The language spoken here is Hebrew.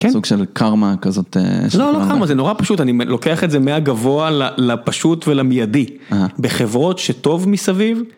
סוג של קארמה כזאת, לא, לא קארמה, זה נורא פשוט. אני לוקח את זה מהגבוה, לפשוט ולמיידי. בחברות שטוב מסביב.